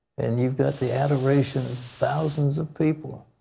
and you've got the adoration of thousands of people,